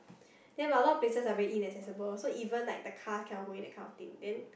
then got a lot of places are very inaccessible so even like the car cannot go in that thing then